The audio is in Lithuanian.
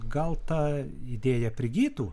gal ta idėja prigytų